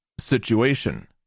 situation